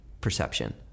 perception